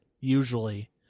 Usually